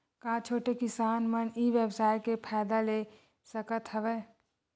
का छोटे किसान मन ई व्यवसाय के फ़ायदा ले सकत हवय?